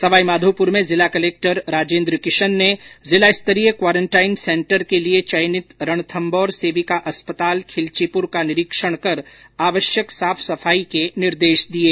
सवाईमाधोपुर में जिला कलक्टर राजेन्द्र किशन ने जिला स्तरीय क्वारंटाईन सेन्टर के लिए चयनित रणथम्भौर सेविका अस्पताल खिलचीपुर का निरीक्षण कर आवश्यक साफ सफाई के निर्देश दिये